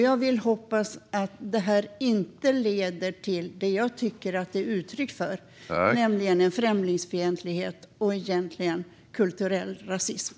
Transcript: Jag vill hoppas att detta inte leder till det som jag tycker att det är ett uttryck för, nämligen främlingsfientlighet och, egentligen, kulturell rasism.